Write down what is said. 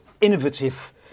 innovative